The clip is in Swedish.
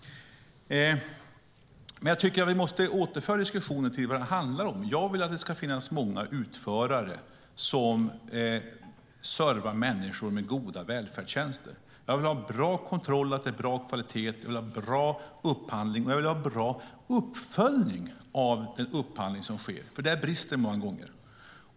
Vi måste återföra diskussionen till det som den egentligen handlar om. Jag vill att det ska finnas många utförare som servar människor med goda välfärdstjänster. Jag vill ha bra kontroll så att det blir bra kvalitet, jag vill ha bra upphandling och jag vill ha bra uppföljning av den upphandling som sker, för där brister det många gånger.